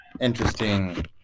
interesting